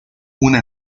una